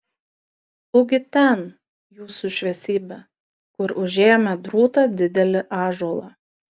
ugi ten jūsų šviesybe kur užėjome drūtą didelį ąžuolą